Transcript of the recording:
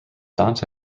dante